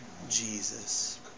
Jesus